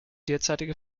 derzeitige